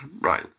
right